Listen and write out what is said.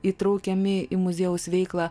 įtraukiami į muziejaus veiklą